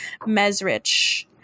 Mesrich